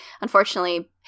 unfortunately